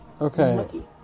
Okay